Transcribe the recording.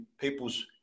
people's